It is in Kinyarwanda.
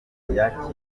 yakiriye